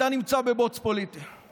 זה בני עמי שלי,